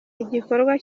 igikorwa